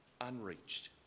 Unreached